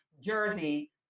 jersey